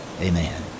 Amen